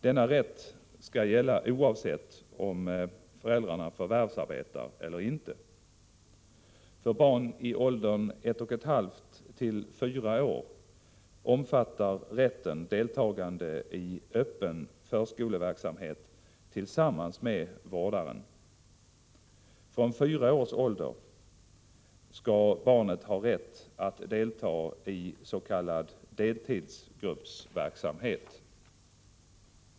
Denna rätt skall gälla oavsett om föräldrarna förvärvsarbetar eller inte. För barn i åldern ett och ett halvt till fyra år omfattar rätten deltagande i en öppen förskoleverksamhet tillsammans med barnets vårdare. Från fyra års ålder skall barnet ha rätt att delta i s.k. deltidsgruppverksamhet.